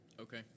Okay